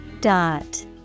Dot